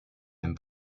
dem